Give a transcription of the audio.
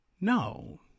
No